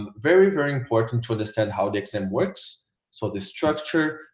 very, very important to understand how the exam works so the structure